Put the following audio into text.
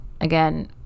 again